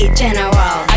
general